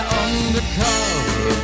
undercover